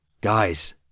Guys